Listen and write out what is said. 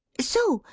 so!